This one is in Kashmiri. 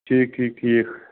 ٹھیٖک ٹھیٖک ٹھیٖک